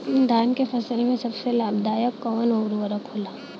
धान के फसल में सबसे लाभ दायक कवन उर्वरक होला?